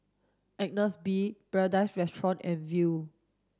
Agnes B Paradise Restaurant and Viu